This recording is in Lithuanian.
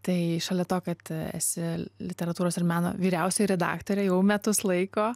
tai šalia to kad esi literatūros ir meno vyriausioji redaktorė jau metus laiko